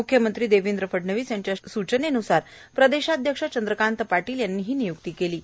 मुख्यमंत्री देवेंद्र फडणवीस यांच्या सूचनेन्सार प्रदेशाध्यक्ष चंद्रकांत पाटील यांनी ही निय्क्ती केली आहे